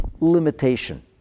limitation